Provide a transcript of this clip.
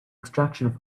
extraction